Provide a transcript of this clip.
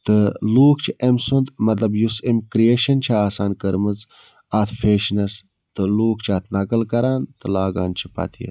تہٕ لوٗکھ چھِ أمۍ سُنٛد مطلب یُس أمۍ کرٛیشَن چھِ آسان کٔرمٕژ اَتھ فیشنَس تہٕ لوٗکھ چھِ اَتھ نقٕل کَران تہٕ لاگان چھِ پَتہٕ یہِ